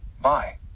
Bye